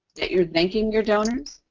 that you're thanking your donors,